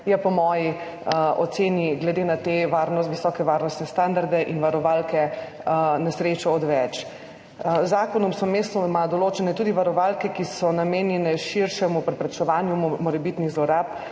po moji oceni, glede na te visoke varnostne standarde in varovalke, na srečo odveč. Z zakonom so mestoma določene tudi varovalke, ki so namenjene širšemu preprečevanju morebitnih zlorab,